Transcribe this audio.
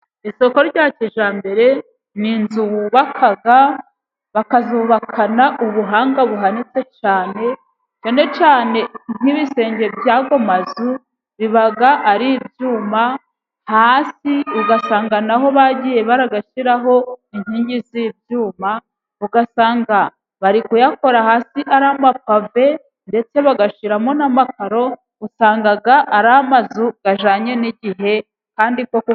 Isoko rya kijyambere n'inzu bubaka bakazubakana ubuhanga buhanitse cyane, cyane cyane nk'ibisenge byayomazu bibaga ari ibyuma hasi, ugasanga naho bagiye baragashyiraho inkingi z'iibyumaga asanga bari kuyakora, hasi ari amapave ndetse bagashiramo n'amakaro, usangaga ari amazu ayjanye n'igihe kandi koko.